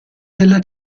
della